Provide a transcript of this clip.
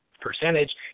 percentage